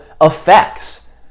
effects